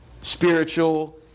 spiritual